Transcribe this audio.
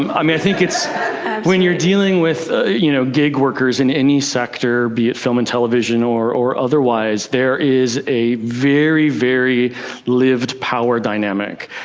and um yeah think when you are dealing with ah you know gig workers in any sector, be it film and television or or otherwise, there is a very, very lived power dynamic,